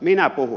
minä puhun